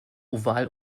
oval